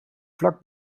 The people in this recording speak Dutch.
vlak